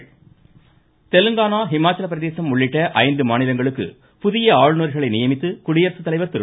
புதிய ஆளுநர்கள் தெலுங்கானா இமாச்சலப்பிரதேசம் உள்ளிட்ட ஐந்து மாநிலங்களுக்கு புதிய ஆளுநர்களை நியமித்து குடியரசுத் தலைவர் திரு